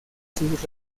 sus